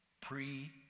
pre